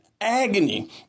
Agony